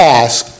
ask